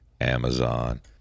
Amazon